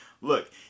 look